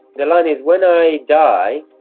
the line is when i die,